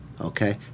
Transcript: okay